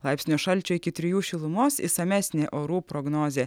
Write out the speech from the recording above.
laipsnio šalčio iki trijų šilumos išsamesnė orų prognozė